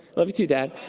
love you too, dad.